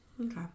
Okay